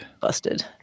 busted